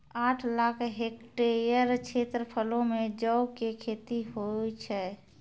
आठ लाख हेक्टेयर क्षेत्रफलो मे जौ के खेती होय छै